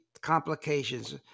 complications